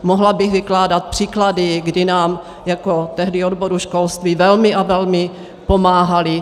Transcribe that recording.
Mohla bych vykládat příklady, kdy nám jako tehdy odboru školství velmi a velmi pomáhali.